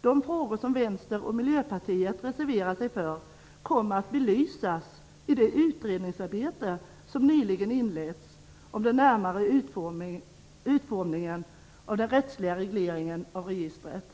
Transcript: De frågor som Vänsterpartiet och Miljöpartiet reserverar sig för kommer att belysas i det utredningsarbete som nyligen inletts om den närmare utformningen av den rättsliga regleringen av registret.